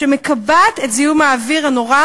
שמקבעות את זיהום האוויר הנורא